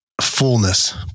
fullness